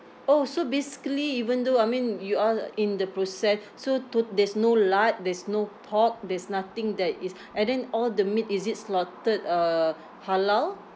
orh so basically even though I mean you are in the process so to there's no lard there's no pork there's nothing that is and then all the meat is it slaughtered uh halal